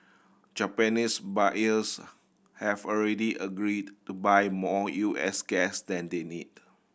Japanese buyers have already agreed to buy more U S gas than they need